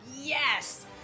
yes